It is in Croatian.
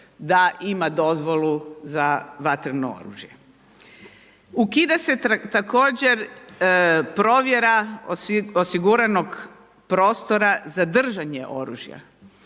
da ima dozvolu za vatreno oružje. Ukida se također provjera osiguranog prostora za držanje oružja.